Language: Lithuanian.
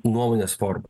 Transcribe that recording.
nuomonės forma